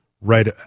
right